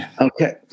Okay